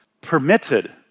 permitted